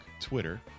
Twitter